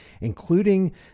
including